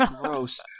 gross